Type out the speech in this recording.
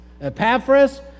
Epaphras